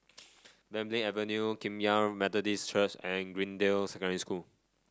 Belimbing Avenue Kum Yan Methodist Church and Greendale Secondary School